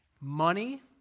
Money